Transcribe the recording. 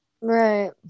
right